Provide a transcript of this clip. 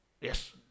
Yes